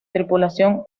tripulación